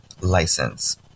license